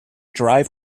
drive